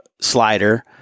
slider